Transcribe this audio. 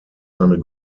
seine